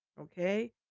Okay